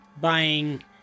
buying